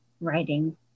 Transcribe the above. writing